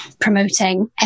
promoting